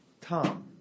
Tom